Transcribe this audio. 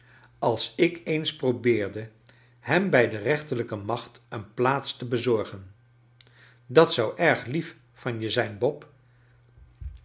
als ik eens probeerde hem bij de rechterlijke macht een plaats te bezorgen dat zou erg lief van je zijn bob